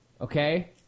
Okay